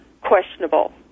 questionable